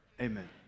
Amen